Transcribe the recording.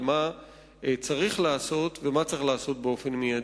מה צריך לעשות ומה צריך לעשות מייד.